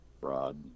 Rod